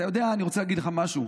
אתה יודע, אני רוצה להגיד לך משהו: